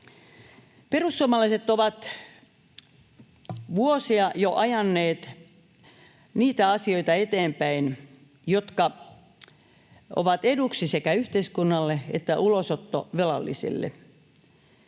Perussuomalaiset ovat jo vuosia ajaneet eteenpäin niitä asioita, jotka ovat eduksi sekä yhteiskunnalle että ulosottovelallisille.